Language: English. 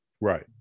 Right